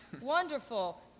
Wonderful